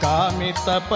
Kamita